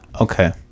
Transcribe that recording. Okay